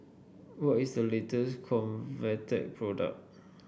what is the latest Convatec product